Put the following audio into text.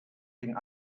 gegen